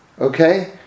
okay